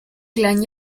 clan